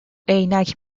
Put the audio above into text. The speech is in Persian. عینک